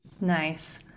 nice